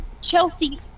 Chelsea